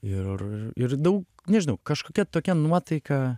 ir ir daug nežinau kažkokia tokia nuotaika